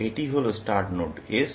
এটি হল start node S